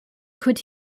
could